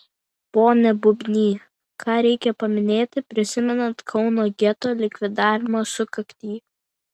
pone bubny ką reikia paminėti prisimenant kauno geto likvidavimo sukaktį